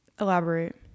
Elaborate